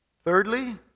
Thirdly